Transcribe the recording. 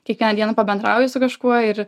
kiekvieną dieną pabendrauji su kažkuo ir